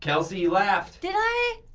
kelsey, you laughed. did i?